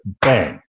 bang